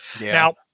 Now